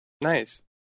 nice